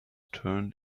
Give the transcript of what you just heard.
turned